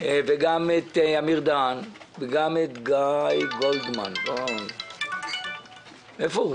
וגם את אמיר דהן וגם את גיא גולדמן, איפה הוא?